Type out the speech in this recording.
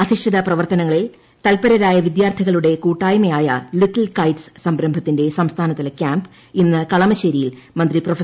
അധിഷ്ഠിത പ്രവർത്തനങ്ങളിൽ തൽപരരായ വിദ്യാർത്ഥികളുടെ കൂട്ടായ്മ ആയ ലിറ്റിൽ കൈറ്റ്സ് സംരംഭത്തിന്റെ സംസ്ഥാനതല ക്യാമ്പ് ഇന്ന് കളമശ്ശേരിയിൽ മന്ത്രി പ്രൊഫ